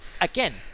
Again